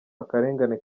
akarengane